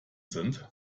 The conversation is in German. sind